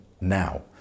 now